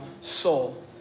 soul